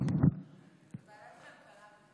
ועדת הכלכלה.